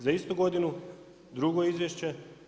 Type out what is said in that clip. Za istu godinu drugo izvješće.